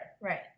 right